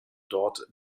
dort